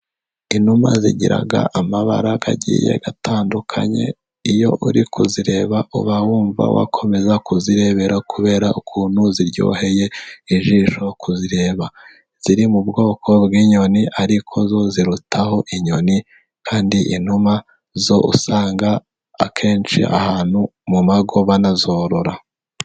Inuma zigiraga amabara agiye atandukanye, iyo uri kuzireba uba wumva wakomeza kuzirebera, kubera ukuntu ziryoheye ijisho kuzireba . Ziri mu bwoko bw'inyoni ariko zo zirutaho inyoni, kandi inuma zo usanga akenshi ahantu mu mago banazorora.